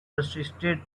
persisted